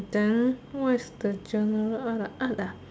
then what is the general art ah art ah